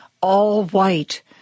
all-white